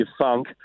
funk